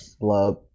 love